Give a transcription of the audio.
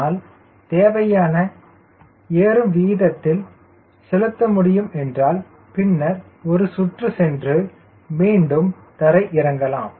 ஆனால் தேவையான ஏறும் வீதத்தில் செலுத்த முடியும் என்றால் பின்னர் ஒரு சுற்று சென்று மீண்டும் தரை இறங்கலாம்